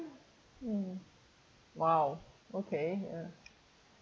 mm !wow! okay uh